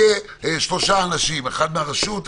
יהיו שלושה אנשים: אחד מהרשות,